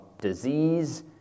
disease